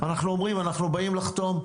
אנחנו אומרים, אנחנו באים לחתום.